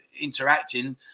interacting